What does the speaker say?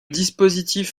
dispositif